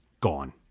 Gone